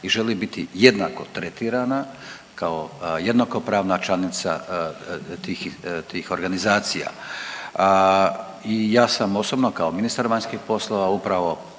i želi biti jednako tretirana kao jednakopravna članica tih, tih organizacija. I ja sam osobno kao ministar vanjskih poslova upravo